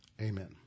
Amen